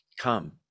come